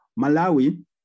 Malawi